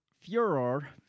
furor